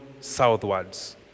southwards